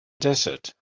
desert